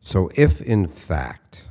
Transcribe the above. so if in fact